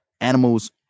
animals